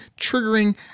triggering